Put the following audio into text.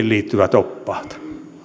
liittyvät oppaat